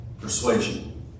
persuasion